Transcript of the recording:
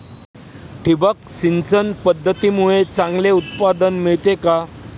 ठिबक सिंचन पद्धतीमुळे चांगले उत्पादन मिळते का?